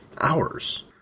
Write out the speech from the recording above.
Hours